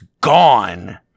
gone